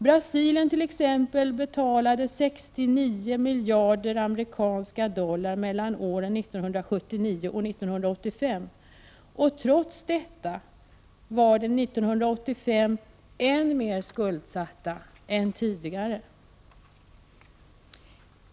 Brasilien t.ex. betalade 69 miljarder US dollar mellan åren 1979 och 1985. Trots detta var landet år 1985 än mer skuldsatt än tidigare.